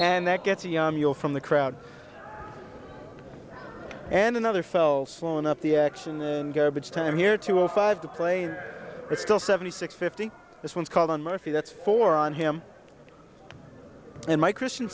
and that gets you from the crowd and another fell slow in up the action in garbage time here to a five to play still seventy six fifty this one's called on murphy that's four on him and mike christian